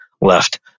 left